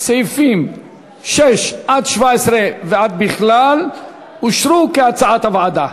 סעיפים 6 17 ועד בכלל אושרו, כהצעת הוועדה.